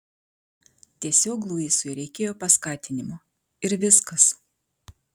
tiesiog luisui reikėjo paskatinimo ir viskas